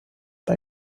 bei